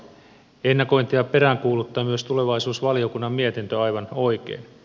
ennakointia peräänkuuluttaa myös tulevaisuusvaliokunnan mietintö aivan oikein